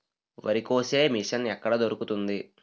వరి కోసే మిషన్ ఎక్కడ దొరుకుతుంది?